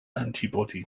antibody